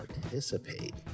participate